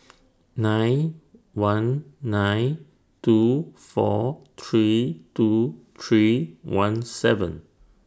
nine one nine two four three two three one seven